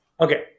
Okay